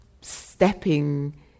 stepping